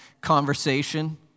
conversation